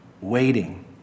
Waiting